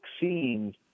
scenes